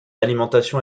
alimentation